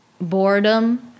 boredom